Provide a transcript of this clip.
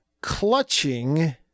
clutching